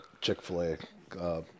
Chick-fil-A